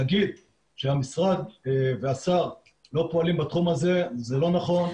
שלהגיד שהמשרד והשר לא פועלים בתחום הזה זה לא נכון,